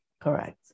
Correct